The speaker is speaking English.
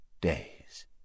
days